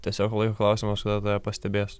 tiesiog laiko klausimas kada tave pastebės